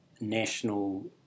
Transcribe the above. national